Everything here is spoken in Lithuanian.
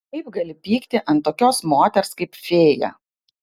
kaip gali pykti ant tokios moters kaip fėja